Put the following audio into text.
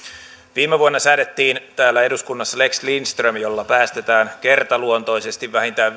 viime vuonna säädettiin täällä eduskunnassa lex lindström jolla päästetään kertaluontoisesti vähintään